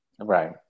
Right